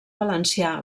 valencià